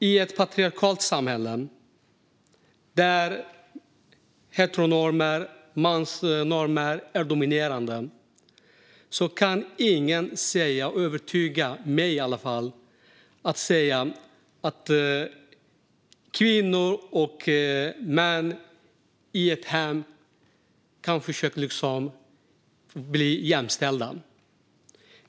I ett patriarkalt samhälle, där heteronormer och mansnormer är dominerande, kan ingen övertyga mig i alla fall om att det är i hemmet som kvinnor och män kan försöka bli jämställda.